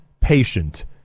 patient